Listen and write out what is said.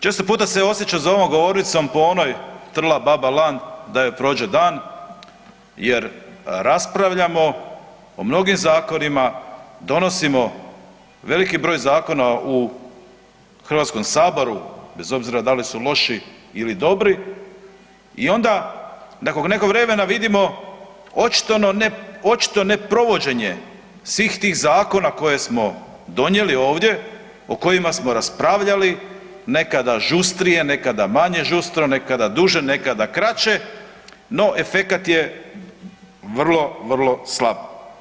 Često puta se osjeća za ovom govornicom po onoj „trla baba lan da joj prođe dan“ jer raspravljamo o mnogim zakonima, donosimo veliki broj zakona u HS bez obzira da li su loši ili dobri i onda nakon nekog vremena vidimo očito ne provođenje svih tih zakona koje smo donijeli ovdje, o kojima smo raspravljali nekada žustrije, nekada manje žustro, nekada duže, nekada kraće, no efekat je vrlo, vrlo slab.